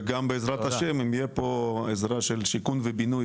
ובעזרת השם, אם תהיה פה עזרה של שיכון ובינוי